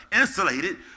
insulated